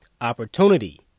opportunity